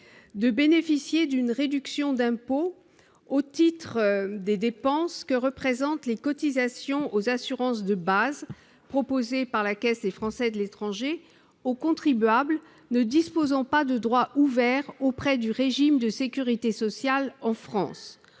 de bénéficier d'une réduction d'impôt au titre des dépenses que représentent les cotisations aux assurances de base que celle-ci propose aux contribuables ne disposant pas de droits ouverts auprès d'un régime de sécurité sociale en France.